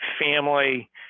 family